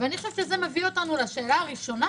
זה מביא אותנו לשאלה הראשונה,